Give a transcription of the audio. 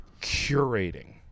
curating